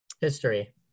history